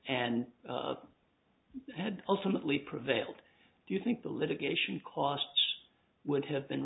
and had ultimately prevailed do you think the litigation costs would have been